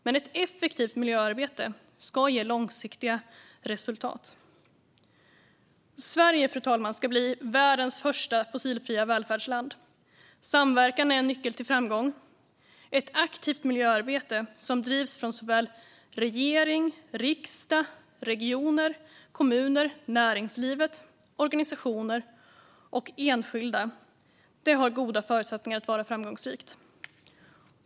Men ett effektivt miljöarbete ska ge långsiktiga resultat. Sverige, fru talman, ska bli världens första fossilfria välfärdsland. Samverkan är en nyckel till framgång. Ett aktivt miljöarbete som drivs av såväl regering och riksdag som regioner, kommuner, näringsliv, organisationer och enskilda har goda förutsättningar att vara framgångsrikt.